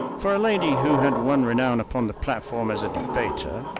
for a lady who had won renown upon the platform as a debater,